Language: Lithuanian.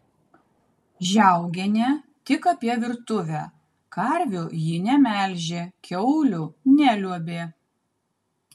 žiaugienė tik apie virtuvę karvių ji nemelžė kiaulių neliuobė